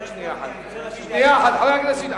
חבר הכנסת בר-און,